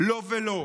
לא ולא.